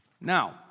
Now